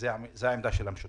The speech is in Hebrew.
זו העמדה של המשותפת.